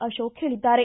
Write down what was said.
ಅಶೋಕ ಹೇಳಿದ್ದಾರೆ